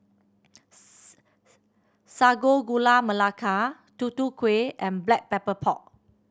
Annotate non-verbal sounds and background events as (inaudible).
(unintelligible) Sago Gula Melaka Tutu Kueh and Black Pepper Pork